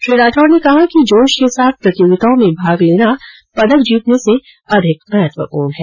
श्री राठौड़ ने कहा है कि जोश के साथ प्रतियोगिताओं में भाग लेना पदक जीतने से अधिक महत्वतपूर्ण है